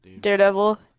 Daredevil